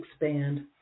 expand